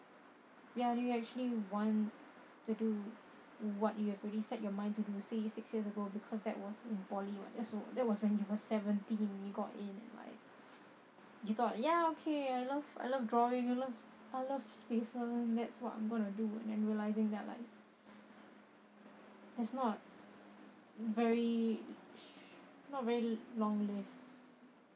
ya do you actually want to do what you have already set your mind to do say six years ago because that was in poly [what] that's that was when you were seventeen you got in and like you thought ya okay I love I love drawing I love I love and that's what I'm gonna do and then realising that like that's not very not very long lived